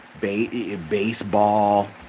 baseball